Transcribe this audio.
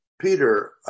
Peter